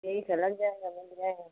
ठीक है लग जाएगा लग जाएगा